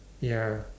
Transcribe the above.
ya